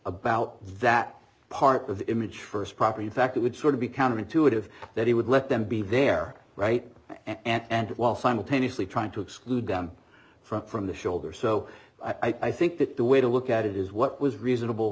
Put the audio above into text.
about that part of the image first property in fact it would sort of be counterintuitive that he would let them be there right and while simultaneously trying to exclude them from from the shoulder so i think that the way to look at it is what was reasonable